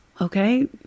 Okay